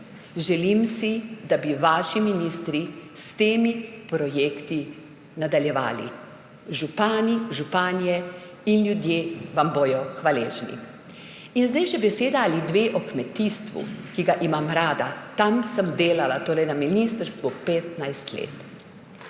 Želim si, da bi vaši ministri s temi projekti nadaljevali. Župani, županje in ljudje vam bodo hvaležni. Zdaj še beseda ali dve o kmetijstvu, ki ga imam rada. Tam sem delala, torej na ministrstvu, 15 let.